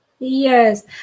Yes